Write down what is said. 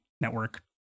network